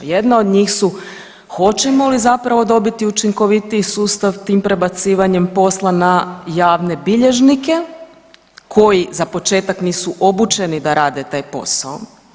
Jedna od njih su hoćemo li zapravo dobiti učinkovitiji sustav tim prebacivanjem posla na javne bilježnike koji za početak nisu obučeni da rade taj posao.